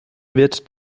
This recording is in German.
wird